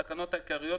אושרה.